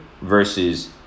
versus